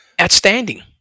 Outstanding